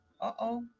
uh-oh